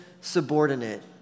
subordinate